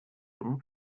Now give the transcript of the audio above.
jung